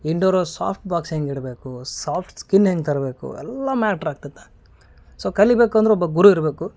indoor soft box ಹೆಂಗೆ ಇಡಬೇಕು soft skin ಹೆಂಗೆ ತರಬೇಕು ಎಲ್ಲ ಮ್ಯಾಟ್ರ್ ಆಗ್ತೈತ ಸೊ ಕಲಿಯಬೇಕು ಅಂದ್ರ ಒಬ್ಬ ಗುರು ಇರಬೇಕು